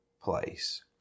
place